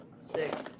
Six